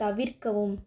தவிர்க்கவும்